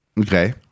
Okay